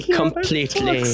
completely